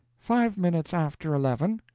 five minutes after eleven.